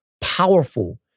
powerful